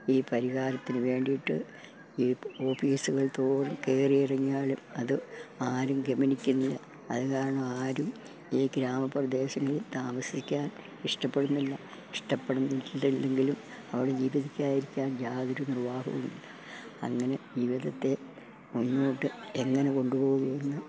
ഈ പരിഹാരത്തിനു വേണ്ടിയിട്ട് ഈ ഓഫീസുകൾ തോറും കയറി ഇറങ്ങിയാലും അത് ആരും ഗമനിക്കുന്നില്ല അത് കാരണം ആരും ഈ ഗ്രാമപ്രദേശങ്ങളിൽ താമസിക്കാൻ ഇഷ്ടപ്പെടുന്നില്ല ഇഷ്ടപ്പെടുന്നില്ലെങ്കിലും അവിടെ ജീവിക്കാതിരിക്കാൻ യാതൊരു നിർവ്വാഹവുമില്ല അങ്ങനെ ജീവിതത്തെ മുന്നോട്ട് എങ്ങനെ കൊണ്ട് പോകുമെന്ന്